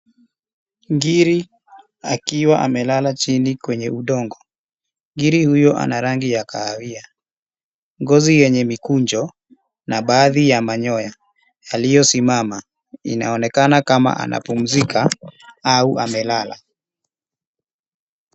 Ngiri akiwa amelela chini kwenye udongo, ngiri huyu anarangi ya kahawia. Ngozi yenye mikunjo na baadhi ya manyoya yaliyosimama inaonekana kama anapumzika au amelala.